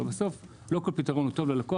אבל בסוף לא כל פתרון הוא טוב ללקוח.